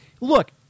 look